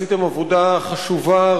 עשיתם עבודה חשובה,